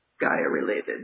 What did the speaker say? Gaia-related